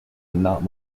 not